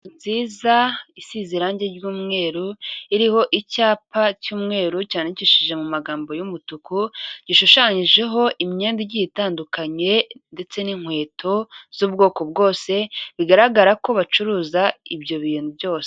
Inzu nziza isize irange ry'umweru, iriho icyapa cy'umweru cyandikishije mu magambo y'umutuku, gishushanyijeho imyenda igiye itandukanye ndetse n'inkweto z'ubwoko bwose bigaragara ko bacuruza ibyo bintu byose.